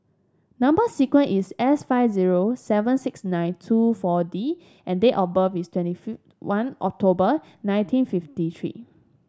number sequence is S five zero seven six nine two four D and date of birth is twenty one October nineteen fifty three